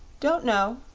don't know,